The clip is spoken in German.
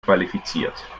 qualifiziert